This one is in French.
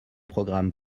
programme